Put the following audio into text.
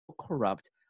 corrupt